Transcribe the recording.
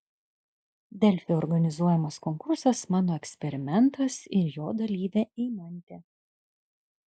delfi organizuojamas konkursas mano eksperimentas ir jo dalyvė eimantė